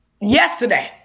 yesterday